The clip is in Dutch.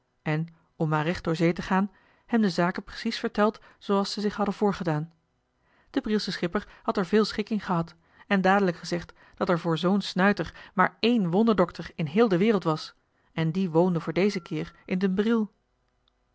en om maar recht door zee te gaan hem de zaken precies verteld zooals ze zich hadden voorgedaan de brielsche schipper had er veel schik in gehad en joh h been paddeltje de scheepsjongen van michiel de ruijter dadelijk gezegd dat er voor zoo'n snuiter maar één wonderdokter in heel de wereld was en die woonde voor dezen keer in den briel